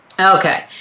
Okay